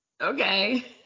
Okay